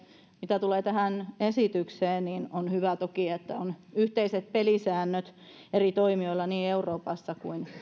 mitä tulee tähän esitykseen niin on toki hyvä että on yhteiset pelisäännöt eri toimijoilla niin euroopassa kuin